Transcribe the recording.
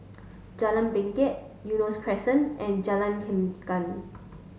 Jalan Bangket Eunos Crescent and Jalan Chengam